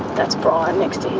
that's brian next to